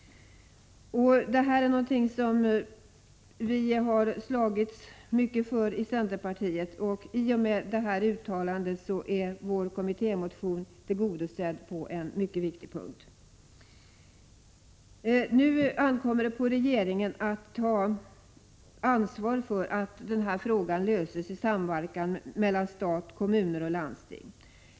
Det här är något som vi i centerpartiet har slagits mycket för. I och med detta uttalande är vår kommittémotion tillgodosedd på en mycket viktig punkt. Nu ankommer det 145 på regeringen att ta ansvar för att denna fråga löses i samverkan mellan stat, kommuner och landsting.